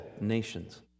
nations